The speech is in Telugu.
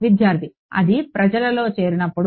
విద్యార్థి అది ప్రజలలో చేరినప్పుడు